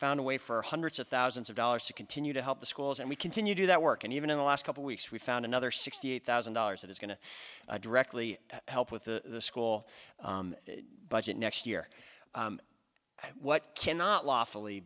found a way for hundreds of thousands of dollars to continue to help the schools and we continue to do that work and even in the last couple weeks we found another sixty eight thousand dollars that is going to directly help with the school budget next year what cannot lawful